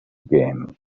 game